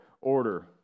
order